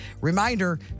reminder